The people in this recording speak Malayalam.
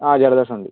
ആ ജലദോഷം ഉണ്ട്